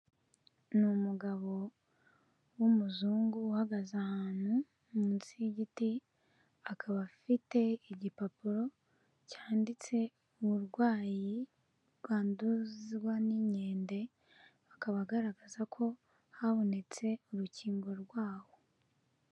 Ni umugabo wumuzungu uhagaze ahantu munsi y'igiti akaba afite igipapuro cyanditse uburwayi rwanduzwa n'inkende akaba agaragaza ko habonetse urukingo rwaho